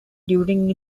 during